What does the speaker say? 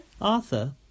Arthur